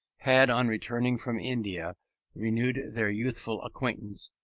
had on returning from india renewed their youthful acquaintance,